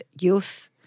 youth